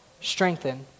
strengthen